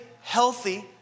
healthy